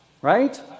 right